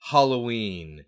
Halloween